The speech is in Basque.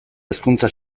hezkuntza